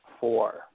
four